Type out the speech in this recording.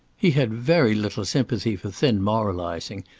he had very little sympathy for thin moralising,